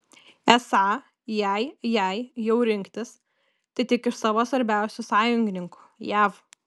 esą jei jei jau rinktis tai tik iš savo svarbiausių sąjungininkų jav